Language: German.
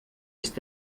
ist